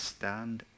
Stand